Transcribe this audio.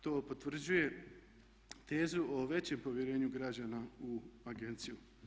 To potvrđuje tezu o većem povjerenju građana u agenciju.